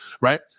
right